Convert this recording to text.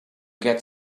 get